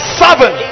seven